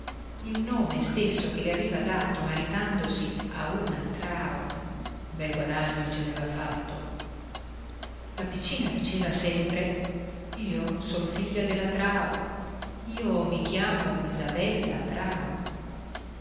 il nome stesso che le aveva dato maritandosi a una trao bel guadagno che ci aveva fatto la piccina diceva sempre io son figlia della trao io mi chiamo isabella trao la